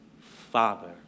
father